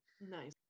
Nice